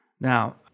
Now